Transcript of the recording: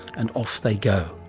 and off they go.